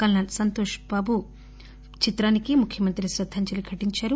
కల్ప ల్ సంతోష్ బాబు చిత్రానికి ముఖ్యమంత్రి శ్రద్దాంజలి ఘటించారు